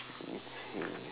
okay